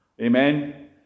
Amen